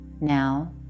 Now